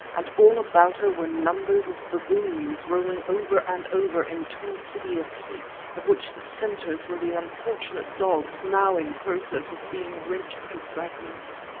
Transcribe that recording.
and all about her were numbers of baboons, rolling over and over in two hideous heaps, of which the centres were the unfortunate dogs now in process of being rent to fragments.